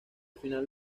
final